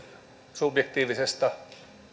subjektiivisesta